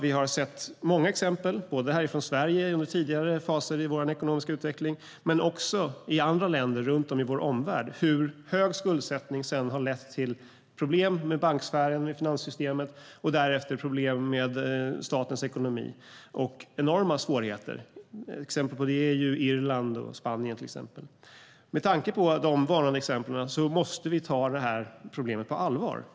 Vi har sett många exempel både i Sverige under tidigare faser i vår ekonomiska utveckling och i andra länder runt om i vår omvärld hur hög skuldsättning lett till problem med banksfären, med finanssystemet, och därefter till problem med statens ekonomi, vilket skapat enorma svårigheter. Exempel på det är Irland och Spanien. Med tanke på dessa varnande exempel måste vi ta problemet på allvar.